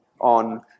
on